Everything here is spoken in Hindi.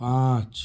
पांच